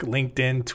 LinkedIn